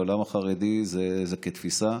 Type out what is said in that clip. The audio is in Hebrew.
העולם החרדי זה כתפיסה,